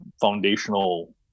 foundational